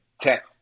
tech